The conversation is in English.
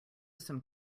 some